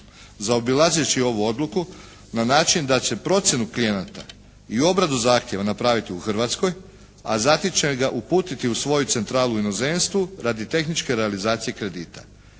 zaobilazeći ovu odluku na način da će procjenu klijenata i obradu zahtjeva napraviti u Hrvatskoj, a zatim će ga uputiti u svoju centralu u inozemstvu radi tehničke realizacije kredita.